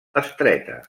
estreta